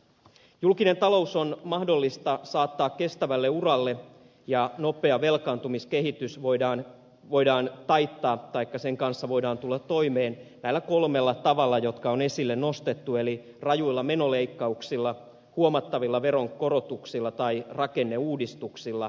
julkinen talous on mahdollista saattaa kestävälle uralle ja nopea velkaantumiskehitys voidaan taittaa tai sen kanssa voidaan tulla toimeen näillä kolmella tavalla jotka on esille nostettu eli rajuilla menoleikkauksilla huomattavilla veronkorotuksilla tai rakenneuudistuksilla